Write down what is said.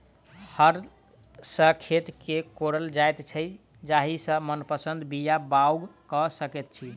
हर सॅ खेत के कोड़ल जाइत छै जाहि सॅ मनपसंद बीया बाउग क सकैत छी